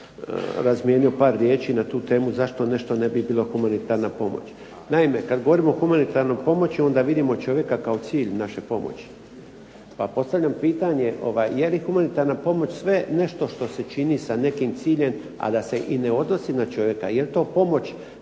razmijenio par riječi na tu temu zašto nešto ne bi bilo humanitarna pomoć. Naime, kad govorimo o humanitarnoj pomoći onda vidimo čovjeka kao cilj naše pomoći. Pa postavljam pitanje je li humanitarna pomoć sve nešto što se čini sa nekim ciljem, a da se i ne odnosi na čovjeka?